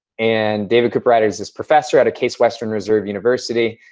and david cooperrider is this professor at a case western reserve university.